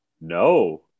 No